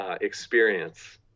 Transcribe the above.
experience